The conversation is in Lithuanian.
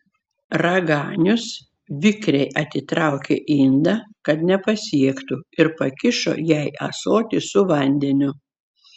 raganius vikriai atitraukė indą kad nepasiektų ir pakišo jai ąsotį su vandeniu